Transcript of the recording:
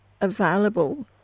available